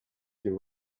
you